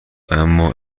اما